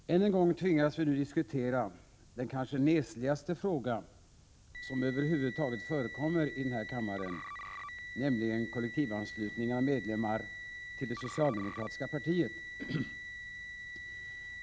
Herr talman! Än en gång tvingas vi nu diskutera den kanske nesligaste fråga som över huvud taget förekommer i den här kammaren, nämligen kollektivanslutningen av medlemmar till det socialdemokratiska partiet.